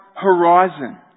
horizon